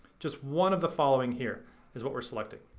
just one of the following here is what we're selecting.